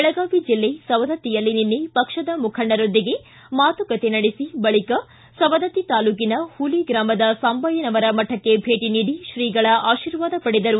ಬೆಳಗಾವಿ ಜಿಲ್ಲೆ ಸವದತ್ತಿಯಲ್ಲಿ ನಿನ್ನೆ ಪಕ್ಷದ ಮುಖಂಡರೊಂದಿಗೆ ಮಾತುಕತೆ ನಡೆಸಿ ಬಳಿಕ ಸವದತ್ತಿ ತಾಲೂಕಿನ ಹೂಲಿ ಗ್ರಾಮದ ಸಾಂಬಯ್ಥನವರ ಮಠಕ್ಕೆ ಭೇಟ ನೀಡಿ ಶ್ರೀಗಳ ಆಶೀರ್ವಾದ ಪಡೆದರು